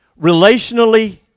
relationally